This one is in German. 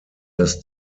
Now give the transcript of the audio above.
dass